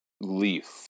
leaf